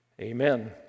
Amen